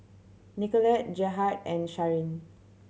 Nicolette Gerhard and Sharen